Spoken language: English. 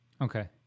Okay